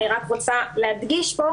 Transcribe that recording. אני רוצה להדגיש כאן